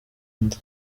nda